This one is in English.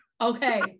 Okay